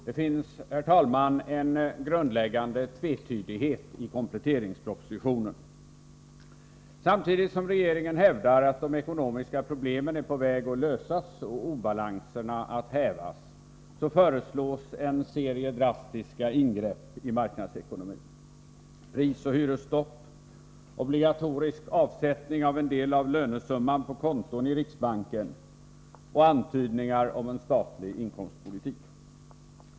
Herr talman! Det finns en grundläggande tvetydighet i kompletteringspropositionen. Samtidigt som regeringen hävdar att de ekonomiska problemen är på väg att lösas och obalanserna på väg att hävas föreslås en serie drastiska ingrepp i marknadsekonomin: prisoch hyresstopp, obligatorisk avsättning av en del av lönesumman på konton i riksbanken och antydningar om en statlig inkomstpolitik.